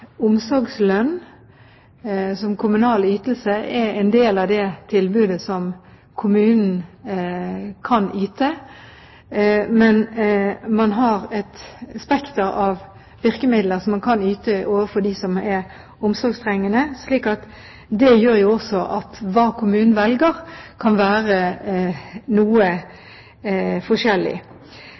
omsorgslønn, som kommunal ytelse, er en del av det tilbudet som kommunen kan yte. Men man har et spekter av virkemidler som man kan yte overfor dem som er omsorgstrengende. Det gjør også at det kommunen velger å yte, kan være noe forskjellig.